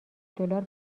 دلار